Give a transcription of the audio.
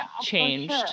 changed